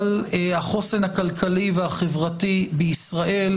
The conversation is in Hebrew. על החוסן הכלכלי והחברתי בישראל,